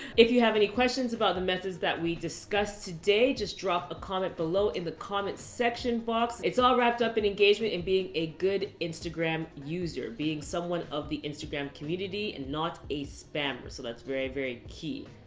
if you have any questions about the methods that we discussed today, just drop a comment below in the comment section box. it's all wrapped up in engagement and being a good instagram user. being someone of the instagram community and not a spammer, so that's very, very key.